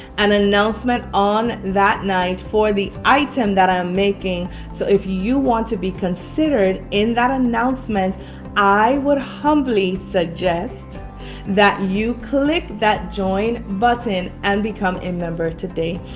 an announcement on that night for the item that i'm making so if you want to be considered in that announcement i would humbly suggest that you click that join button and become a member today!